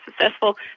successful